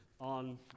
on